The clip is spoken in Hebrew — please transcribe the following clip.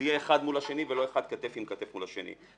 זה יהיה אחד מול השני ולא אחד כתף עם כתף ליד השני,